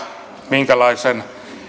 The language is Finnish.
minkälaisen